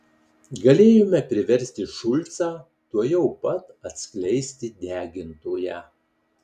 galėjome priversti šulcą tuojau pat atskleisti degintoją